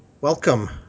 welcome